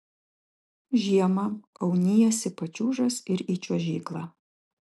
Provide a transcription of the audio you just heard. žiemą auniesi pačiūžas ir į čiuožyklą